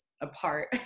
apart